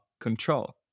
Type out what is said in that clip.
control